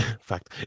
fact